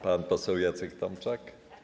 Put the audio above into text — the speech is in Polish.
Pan poseł Jacek Tomczak.